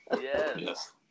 Yes